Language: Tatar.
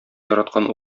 яраткан